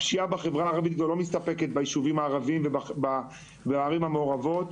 הפשיעה הערבית כבר לא מסתפקת בישובים הערביים ובערים המעורבות,